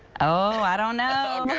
oh, i don't know.